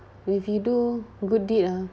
if you do good deed ah